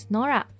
Nora